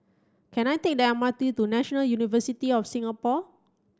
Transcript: can I take the M R T to National University of Singapore